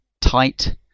tight